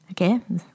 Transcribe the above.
Okay